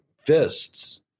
fists